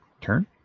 Turn